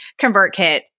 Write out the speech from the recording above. ConvertKit